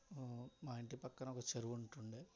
మా ఇంటి పక్కన ఒక చెరువు ఉంటుండే